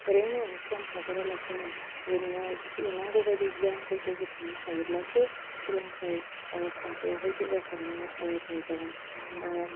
ओरैनो सम हगारालासिनो बेबायदिनो थि नांगौबायदि गियानफोरखौ बुथुमनो हायोब्लासो सोलोंथाइ खान्थियावहाय जौगासारनाया नुजागोन